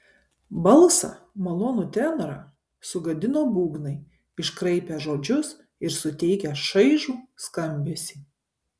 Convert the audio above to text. balsą malonų tenorą sugadino būgnai iškraipę žodžius ir suteikę šaižų skambesį